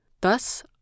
Thus